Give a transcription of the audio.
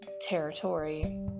Territory